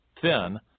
thin